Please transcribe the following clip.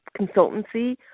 consultancy